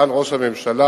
סגן ראש הממשלה,